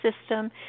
system